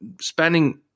spending